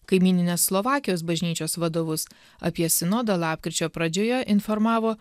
kaimyninės slovakijos bažnyčios vadovus apie sinodą lapkričio pradžioje informavo